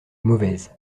mauvaises